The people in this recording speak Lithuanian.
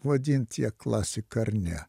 vadint ją klasika ar ne